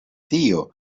tio